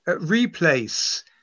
replace